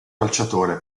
calciatore